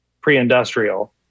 pre-industrial